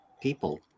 people